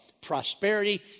prosperity